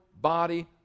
body